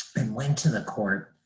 and went to the court.